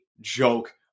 joke